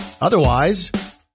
otherwise